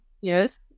Yes